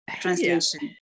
translation